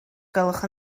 gwelwch